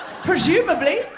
Presumably